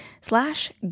slash